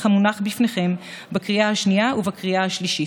המונח בפניכם בקריאה השנייה ובקריאה השלישית.